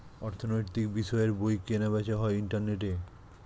অর্থনৈতিক বিষয়ের বই কেনা বেচা হয় ইন্টারনেটে